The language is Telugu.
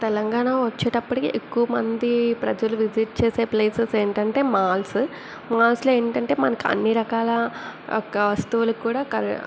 తెలంగాణ వచ్చిటప్పటికి ఎక్కువ మంది ప్రజలు విజిట్ చేసే ప్లేసెస్ ఏంటంటే మాల్స్ మాల్స్లో ఏంటంటే మనకు అన్నీ రకాల క వస్తువులు కూడా క